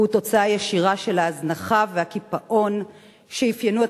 והוא תוצאה ישירה של ההזנחה ושל הקיפאון שאפיינו את